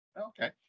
okay